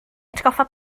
atgoffa